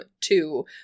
two